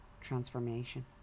transformation